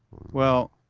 well,